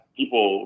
people